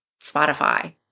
Spotify